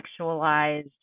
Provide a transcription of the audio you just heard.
sexualized